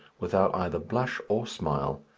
without either blush or smile.